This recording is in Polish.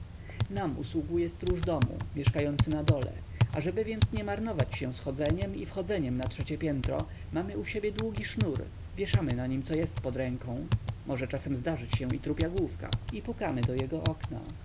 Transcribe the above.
nam usługuje stróż domu mieszkający na dole ażeby więc nie marnować się schodzeniem i wchodzeniem na trzecie piętro mamy u siebie długi sznur wieszamy na nim co jest pod ręką może czasem zdarzyć się i trupia główka i pukamy do jego okna